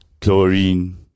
chlorine